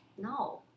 No